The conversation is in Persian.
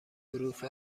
حروف